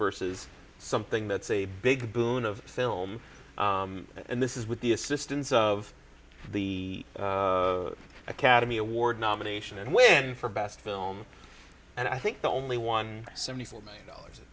versus something that's a big boon of film and this is with the assistance of the academy award nomination and win for best film and i think the only one seventy four million dollars